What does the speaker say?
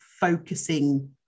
focusing